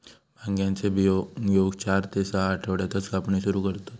भांगेचे बियो घेऊक चार ते सहा आठवड्यातच कापणी सुरू करतत